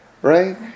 right